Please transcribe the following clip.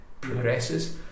progresses